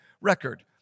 record